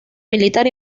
militar